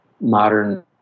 modern